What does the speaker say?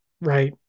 right